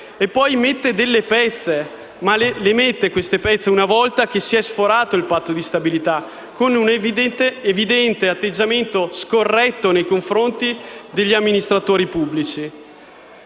poi mettere delle pezze, ma solo una volta che si è sforato il Patto di stabilità, con un evidente atteggiamento scorretto nei confronti degli amministratori pubblici.